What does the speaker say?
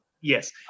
Yes